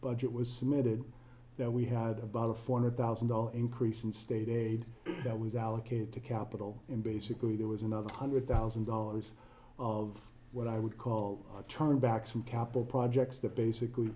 budget was submitted we had about a four hundred thousand dollars increase in state aid that was allocated to capital in basically there was another hundred thousand dollars of what i would call on turn back some capital projects that basically